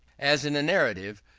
as in a narrative,